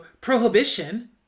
prohibition